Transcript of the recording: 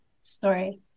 story